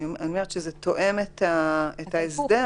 ובלבד שביצע את כל אלה: